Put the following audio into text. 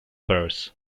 purse